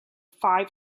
five